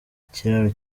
ikiraro